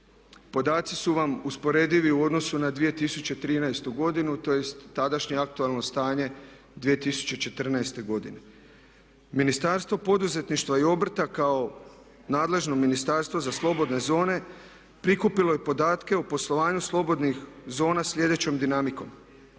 Podaci su vam usporedivi u odnosu na 2013. godinu, tj. tadašnje aktualno stanje 2014. godine. Ministarstvo poduzetništva i obrta kao nadležno ministarstvo za slobodne zone prikupilo je podatke o poslovanju slobodnih zona sljedećom dinamikom.